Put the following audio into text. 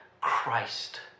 Christ